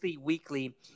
weekly